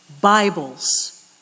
Bibles